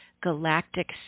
Galactic